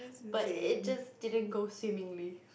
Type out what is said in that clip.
but it just didn't go swimmingly